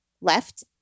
left